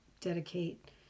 dedicate